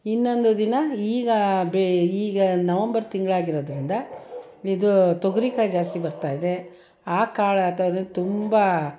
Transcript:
ಇನ್ನೊಂದು ದಿನ ಈಗ ಬೆ ಈಗ ನವಂಬರ್ ತಿಂಗ್ಳು ಆಗಿರೋದರಿಂದ ಇದು ತೊಗರಿಕಾಯಿ ಜಾಸ್ತಿ ಬರ್ತಾಯಿದೆ ಆ ಕಾಳು ತುಂಬ